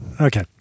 Okay